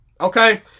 okay